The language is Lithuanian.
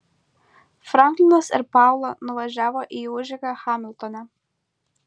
franklinas ir paula nuvažiavo į užeigą hamiltone